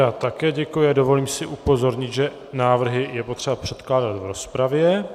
Já také děkuji a dovolím si upozornit, že návrhy je potřeba předkládat v rozpravě.